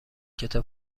کتاب